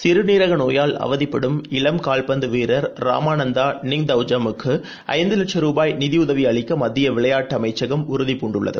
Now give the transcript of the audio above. சிறுநீரகநோயால் அவதிப்படும் இளம் கால்பந்துவீரர் ராமாநந்தாநிங்தௌஜம்முக்குஐந்துவட்சும் ராமப் நிதியுதவிஅளிக்கமத்தியவிளையாட்டுஅமைச்சகம் உறுதி பூண்டுள்ளது